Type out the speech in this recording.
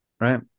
right